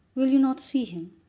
will you not see him?